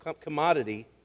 commodity